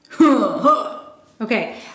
Okay